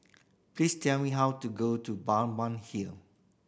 please tell me how to go to Balmeg Hill